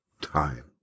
Time